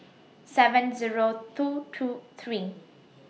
seven Zero two two three